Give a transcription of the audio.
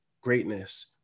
greatness